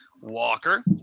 Walker